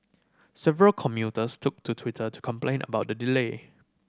several commuters took to Twitter to complain about the delay